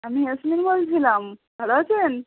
আমি ইয়াসমিন বলছিলাম ভালো আছেন